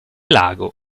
lago